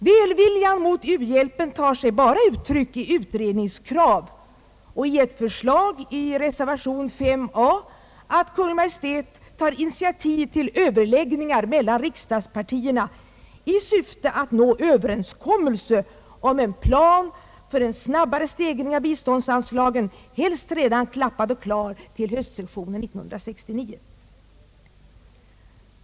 Välviljan mot u-hjälpen tar sig bara uttryck i utredningskrav och i ett förslag, i reservation 5 a, att Kungl. Maj:t tar initiativ till överläggningar mellan riksdagspartierna i syfte att nå överenskommelse om en plan för en snabbare stegring av biståndsanslagen — helst redan klappat och klart till höstsessionen 1969.